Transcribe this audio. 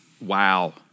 Wow